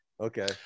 Okay